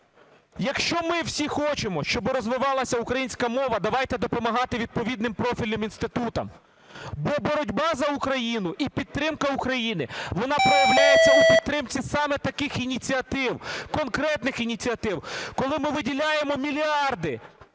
Якщо ми всі хочемо, щоб розвивалась українська мова, давайте допомагати відповідним профільним інститутам. Бо боротьба за Україну і підтримка України, вона проявляється у підтримці саме таких ініціатив, конкретних ініціатив. Коли ми виділяємо мільярди